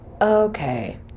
Okay